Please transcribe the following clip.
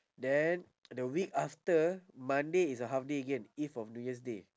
then the week after monday is a half day again eve of new year's day